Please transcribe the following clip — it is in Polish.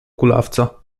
kulawca